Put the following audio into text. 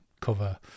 cover